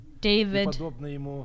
David